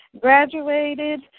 graduated